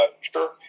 sure